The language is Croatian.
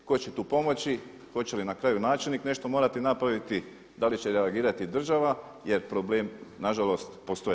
Tko će tu pomoći, hoće li na kraju načelnik nešto morati napraviti, da li će reagirati država, jer problem nažalost postoji?